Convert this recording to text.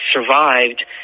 survived